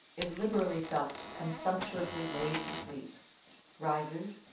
is liberally supped, and sumptuously laid to sleep rises,